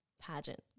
pageant